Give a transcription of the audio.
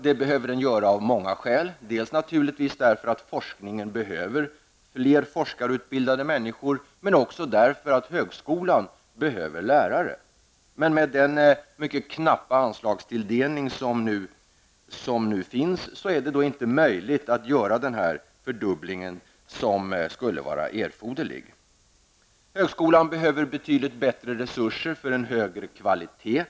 Det behöver den göra av flera skäl, bl.a. därför att forskningen behöver fler forskarutbildade människor, men också därför att högskolan behöver lärare. Men med den mycket knappa anslagstilldelning som nu finns är det inte möjligt att göra den fördubbling som skulle vara erforderlig. Högskolan behöver betydligt bättre resurser för att uppnå en högre kvalitet.